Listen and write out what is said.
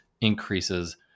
increases